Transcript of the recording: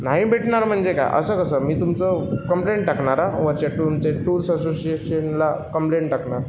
नाही भेटणार म्हणजे काय असं कसं मी तुमचं कंप्लेंट टाकणार हां वरच्या तुमचे टूर्स असोसिएशनला कंप्लेंट टाकणार